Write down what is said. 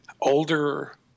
older